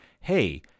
hey